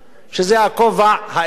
שזה הכובע האזרחי.